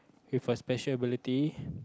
with a special ability